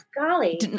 golly